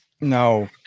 No